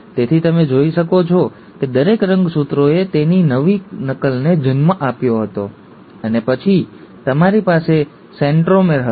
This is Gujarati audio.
તેથી તમે જોઈ શકો છો કે દરેક રંગસૂત્રોએ તેની નવી નકલને જન્મ આપ્યો હતો અને પછી તમારી પાસે સેન્ટ્રોમેર હતો